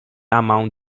among